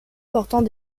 portant